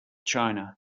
china